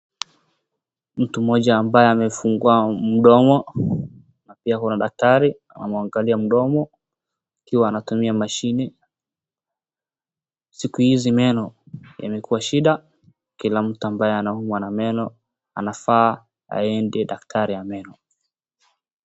Mtu mmoja ambaye amefungua mdomo, pia kuna daktari anamwangalia mdomo akiwa anatumia mashini. Siku hizi meno imekuwa shida, kila mtu ambaye anaumwa na meno anafaa aende kwa daktari wa meno.